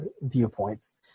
viewpoints